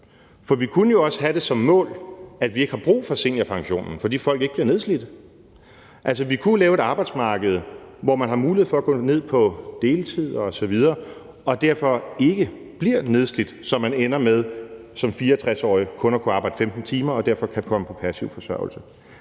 For vi kunne jo også have det som mål, at vi ikke har brug for seniorpensionen, fordi folk ikke bliver nedslidte. Vi kunne jo lave et arbejdsmarked, hvor man har mulighed for at gå ned på deltid osv. og derfor ikke bliver nedslidt, så man ender med som 64-årig kun at kunne arbejde 15 timer og derfor kan komme på passiv forsørgelse.